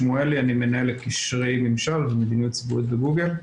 מנהל קשרי ממשל ומדיניות ציבורית בגוגל.